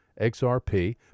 XRP